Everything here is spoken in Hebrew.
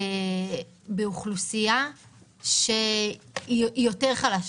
באוכלוסייה שהיא יותר חלשה.